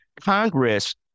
Congress